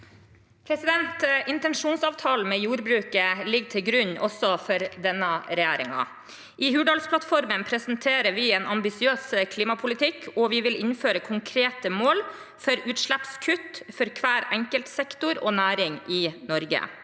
Intensjonsavta- len med jordbruket ligger til grunn, også for denne regjeringen. I Hurdalsplattformen presenterer vi en ambisiøs klimapolitikk, og vi vil innføre konkrete mål for utslippskutt for hver enkelt sektor og næring i Norge.